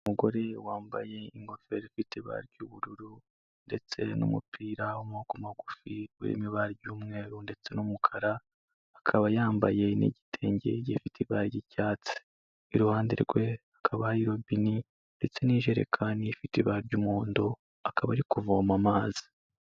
Umugore wambaye ingofero ifite ibara ry'ubururu ndetse n'umupira w'amaboko magufi urimo ibara ry'umweru ndetse n'umukara akaba yambaye n'igitenge gifite ibara ry'icyatsi iruhande rwe hakaba hari robine ndetse n'ijerekani ifite ibara ry'umuhondo akaba ari kuvoma amazi.